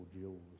jewels